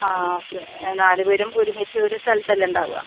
ആ ഓക്കെ നാല് പേരും ഒരുമിച്ച് ഒരു സ്ഥലത്തല്ലേ ഉണ്ടാവുക